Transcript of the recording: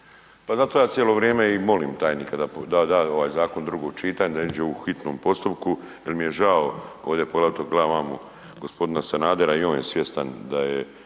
Pa zato ja cijelo vrijeme i molim tajnika da da ovaj zakon u drugo čitanje, da ne iđu u hitnom postupku jel mi je žao ovdje poglavito, gledam vamo g. Sanadera i on je svjestan da je